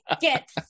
Get